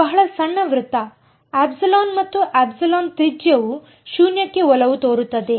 ಇದು ಬಹಳ ಸಣ್ಣ ವೃತ್ತ ε ಮತ್ತು ε ತ್ರಿಜ್ಯವು ಶೂನ್ಯಕ್ಕೆ ಒಲವು ತೋರುತ್ತದೆ